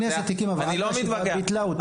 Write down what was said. הכנסת הקימה והרשות ביטלה אותה.